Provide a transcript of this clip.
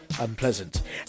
unpleasant